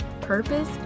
purpose